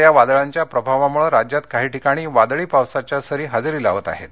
या वादळांच्या प्रभावामुळे राज्यात काही ठिकाणी वादळी पावसाच्या सरी हजेरी लावताहेत